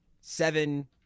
seven